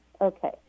okay